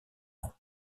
nom